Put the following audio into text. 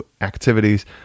activities